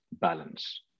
balance